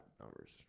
numbers